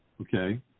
Okay